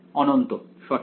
∞ সঠিক